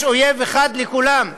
יש אויב אחד לכולם.